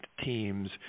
teams